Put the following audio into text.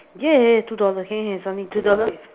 yeah yeah two dollar can can some two dollar